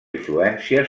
influència